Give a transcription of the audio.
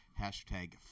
hashtag